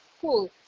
cool